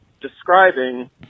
describing